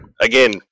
Again